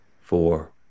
four